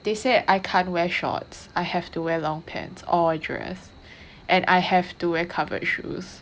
they said I can't wear shorts I have to wear long pants or dress and I have to wear covered shoes